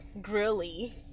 grilly